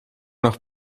nach